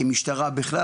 כמשטרה בכלל,